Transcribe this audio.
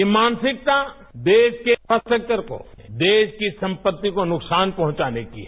यह मानसिकता देश के इफ़ास्ट्रक्चर को देश की संपत्ति को नुकसान पहुंचाने की है